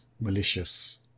malicious